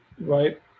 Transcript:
Right